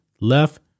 left